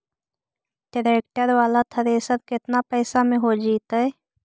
Tractor बाला thresher केतना पैसा में हो जैतै?